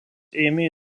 ėmė